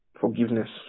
forgiveness